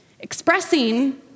Expressing